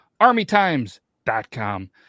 armytimes.com